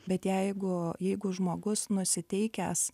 bet jeigu jeigu žmogus nusiteikęs